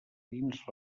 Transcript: dins